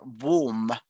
warm